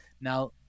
Now